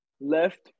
left